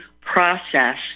process